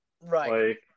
Right